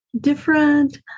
different